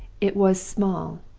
it was small,